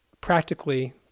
practically